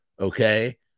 Okay